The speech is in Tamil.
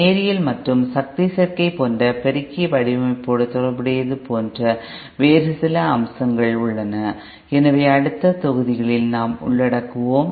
நேரியல் மற்றும் சக்தி சேர்க்கை போன்ற பெருக்கி வடிவமைப்போடு தொடர்புடையது போன்ற வேறு சில அம்சங்கள் உள்ளன எனவேஅடுத்த தொகுதிகளில் நாம் உள்ளடக்குவோம்